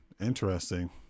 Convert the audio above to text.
interesting